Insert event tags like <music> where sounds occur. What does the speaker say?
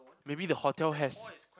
maybe the hotel has <noise>